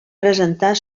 presentar